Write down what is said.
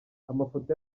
amafoto